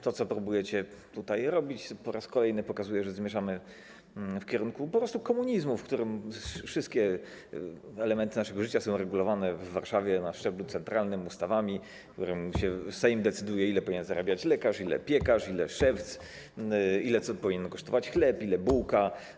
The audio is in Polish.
To, co próbujecie tutaj robić, po raz kolejny pokazuje, że zmierzamy w kierunku po prostu komunizmu, w którym wszystkie elementy naszego życia są regulowane w Warszawie, na szczeblu centralnym, ustawami, Sejm decyduje, ile powinien zarabiać lekarz, ile piekarz, ile szewc, ile powinien kosztować chleb, ile bułka.